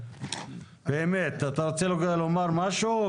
בני, אתה רוצה לומר משהו?